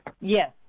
Yes